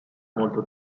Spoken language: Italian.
molto